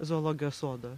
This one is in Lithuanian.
zoologijos sodo